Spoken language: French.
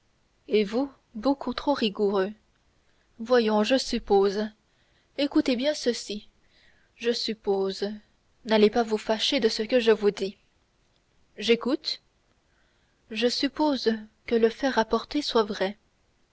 et vous beaucoup trop rigoureux voyons je suppose écoutez bien ceci je suppose n'allez pas vous fâcher de ce que je vous dis j'écoute je suppose que le fait rapporté soit vrai